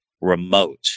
remote